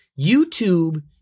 YouTube